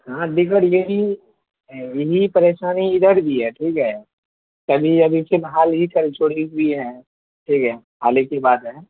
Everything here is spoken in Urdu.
ہاں دیگر یہی یہی پریشانی ادھر بھی ہے ٹھیک ہے کل ہی ابھی فی الحال ہی لی ہے ٹھیک ہے حال ہی کی بات ہے